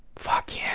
fuck yeah.